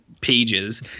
pages